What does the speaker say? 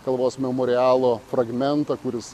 kalvos memorialo fragmentą kuris